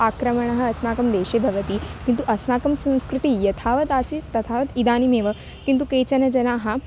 आक्रमणानि अस्माकं देशे भवन्ति किन्तु अस्माकं संस्कृतिः यथावत् आसीत् तथावत् इदानीमेव किन्तु केचन जनाः